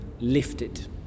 lifted